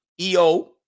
EO